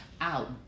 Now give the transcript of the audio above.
out